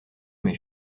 mais